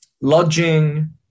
lodging